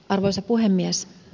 arvoisa puhemies